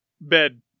Bed